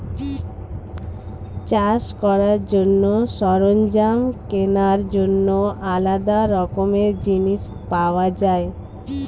চাষ করার জন্য সরঞ্জাম কেনার জন্য আলাদা রকমের জিনিস পাওয়া যায়